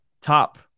top